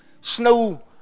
snow